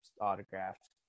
autographed